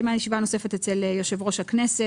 התקיימה ישיבה נוספת אצל יושב-ראש הכנסת,